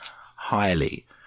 highly